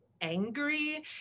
angry